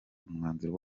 umwanzuro